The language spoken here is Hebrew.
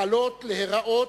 להיראות,